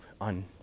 on